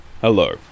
Hello